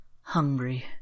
Hungry